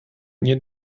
nie